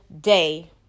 day